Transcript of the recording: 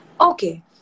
Okay